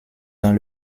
dans